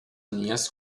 minhas